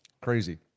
Crazy